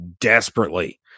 desperately